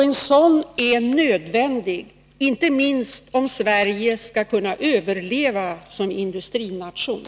En sådan är nödvändig — inte minst om Sverige skall kunna överleva som industrination.